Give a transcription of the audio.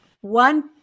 one